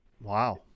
Wow